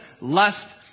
lust